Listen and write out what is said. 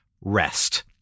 rest